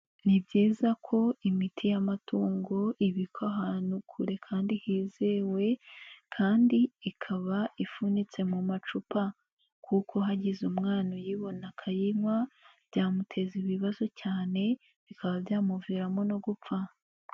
Ni byiza ko imiti y'amatungo ibikwa ahantu kure kandi hizewe kandi ikaba ifunitse mu macupa kuko hagize umwana uyibona akayinywa byamuteza ibibazo cyane bikaba byamuviramo no gupfa.